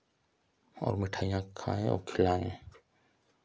और मिठाइयाँ खाएं और खिलाएं